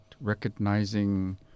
recognizing